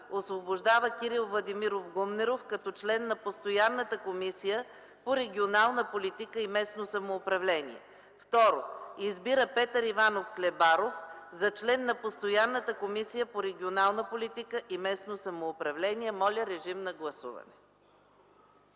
Освобождава Кирил Владимиров Гумнеров като член на Постоянната комисия по регионална политика и местно самоуправление. 2. Избира Петър Иванов Хлебаров за член на Постоянната комисия по регионална политика и местно самоуправление.” Гласували